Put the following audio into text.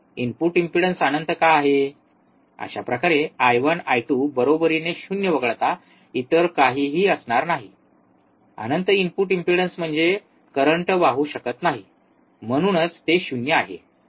अशाप्रकारे I1 I2 बरोबरीने 0 वगळता इतर काहीही असणार नाही अनंत इनपुट इम्पीडन्स म्हणजे करंट वाहू शकत नाही म्हणूनच ते 0 आहे